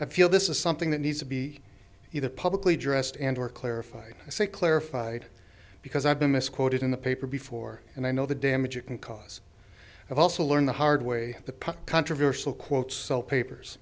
i feel this is something that needs to be either publicly addressed and or clarified i say clarified because i've been misquoted in the paper before and i know the damage it can cause i've also learned the hard way the puck controversial quotes sell